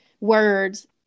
words